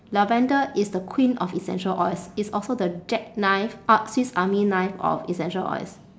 lavender is the queen of essential oils it's also the jack knife up swiss army knife of essential oils